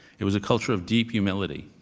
it was a culture of deep humility.